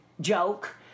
joke